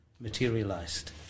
Materialized